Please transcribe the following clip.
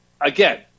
Again